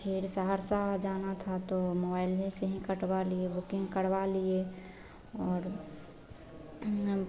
और फ़िर सहरसा जाना था तो मोबाइले से कटवा लिए बुकिंग करवा लिए और हम